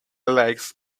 legs